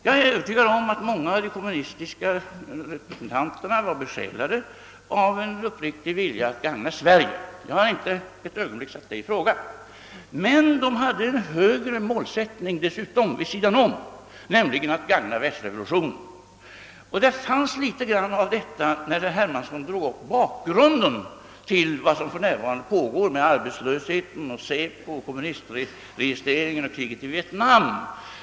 Jag är övertygad om att många av de kommunistiska representanterna var besjälade av en uppriktig vilja att gagna Sverige. Jag har inte ett ögonblick satt det i fråga. Men de hade dessutom en målsättning vid sidan om, nämligen att gagna världsrevolutionen. Det fanns litet med av detta, när herr Hermansson drog upp bakgrunden till vad som för närvarande pågår med arbetslösheten och SÄPO och kommunistregistreringen och kriget i Vietnam.